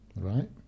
Right